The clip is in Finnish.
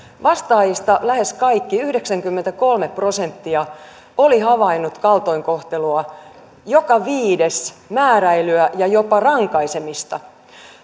vastaajista lähes kaikki yhdeksänkymmentäkolme prosenttia olivat havainneet kaltoinkohtelua joka viides määräilyä ja jopa rankaisemista